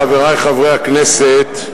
חברי חברי הכנסת,